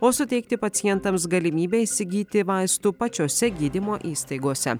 o suteikti pacientams galimybę įsigyti vaistų pačiose gydymo įstaigose